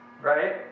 right